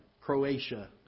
Croatia